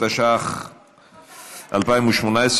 התשע"ח 2018,